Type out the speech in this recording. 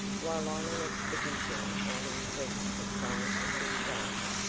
while on an expedition out in quest of scientific data,